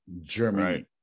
Germany